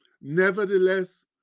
Nevertheless